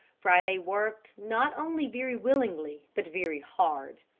friday worked not only very willingly but very hard.